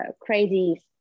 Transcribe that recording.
crazy